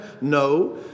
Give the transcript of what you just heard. No